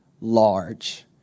large